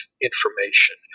information